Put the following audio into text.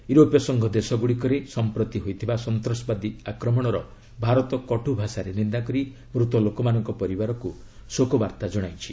ୟୁରୋପୀୟ ସଂଘ ଦେଶଗୁଡ଼ିକରେ ସମ୍ପ୍ରତି ହୋଇଥିବା ସନ୍ତାସବାଦୀ ଆକ୍ରମଣର ଭାରତ କଟ୍ଭାଷାରେ ନିନ୍ଦା କରି ମୃତ ଲୋକମାନଙ୍କ ପରିବାରଗୁଡ଼ିକୁ ଶୋକବାର୍ତ୍ତା ଜଣାଇଛି